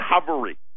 recovery